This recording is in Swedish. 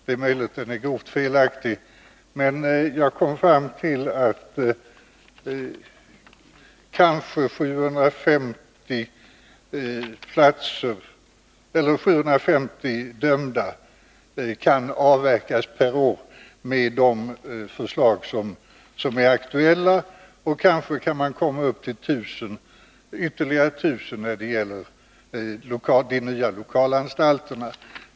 Det är möjligt att den är grovt felaktig, men jag kom fram till att kanske 750 dömda kan avverkas per år med de förslag som är aktuella och att man kanske kari komma upp till ytterligare 1000 genom de nya lokalanstalterna.